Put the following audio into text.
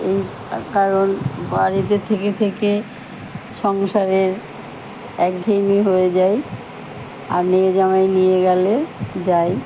এই কারণ বাড়িতে থেকে থেকে সংসারের একঘেয়েমি হয়ে যায় আর মেয়ে জামাই নিয়ে গেলে যাই